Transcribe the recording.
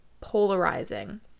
polarizing